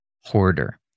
hoarder